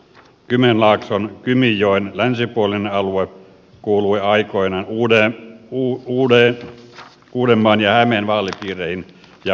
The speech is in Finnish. kymenlaakson kymijoen länsipuolinen alue kuului aikoinaan uudenmaan ja hämeen vaalipiireihin ja maakuntiin